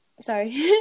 Sorry